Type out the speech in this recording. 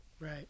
Right